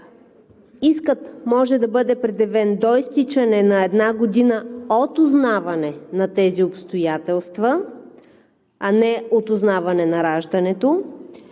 може да бъде предявен до изтичане на една година от узнаване на тези обстоятелства, а не от узнаване на раждането